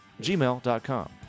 gmail.com